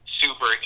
super